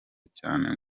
cyane